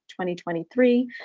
2023